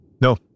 No